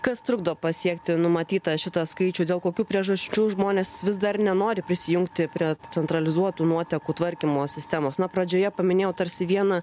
kas trukdo pasiekti numatytą šitą skaičių dėl kokių priežasčių žmonės vis dar nenori prisijungti prie centralizuotų nuotekų tvarkymo sistemos na pradžioje paminėjau tarsi vieną